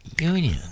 Union